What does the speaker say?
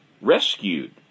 rescued